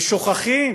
ושוכחים